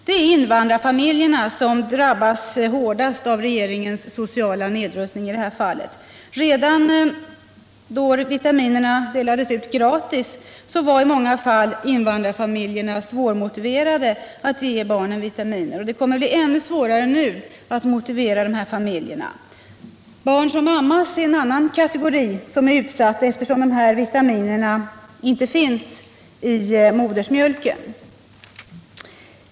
Det är invandrarfamiljerna som drabbas hårdast av regeringens sociala nedrustning i det här fallet. Redan då vitaminerna delades ut gratis var i många fall invandrarfamiljerna svårmotiverade att ge barnen vitaminer. Nu kommer det att bli ännu svårare att motivera dessa familjer. Barn som ammas är en annan kategori som är utsatt, eftersom dessa vitaminer inte finns i modersmjölken.